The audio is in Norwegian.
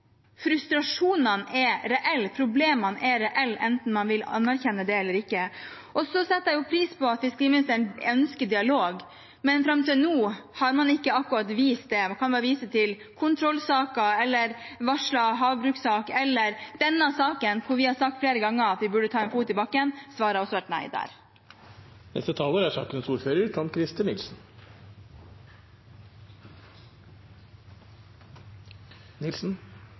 frustrasjonene er reelle, og problemene er reelle, enten man vil anerkjenne det eller ikke. Jeg setter pris på at fiskeriministeren ønsker dialog, men fram til nå har han ikke akkurat vist det. Jeg kan bare vise til kontrollsaker eller en varslet havbrukssak eller denne saken, der vi har sagt flere ganger at vi burde ta en fot i bakken. Svaret har også vært nei der.